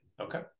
Okay